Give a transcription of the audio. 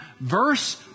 verse